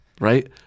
right